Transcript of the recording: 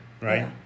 right